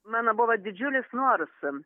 mano buvo didžiulis noras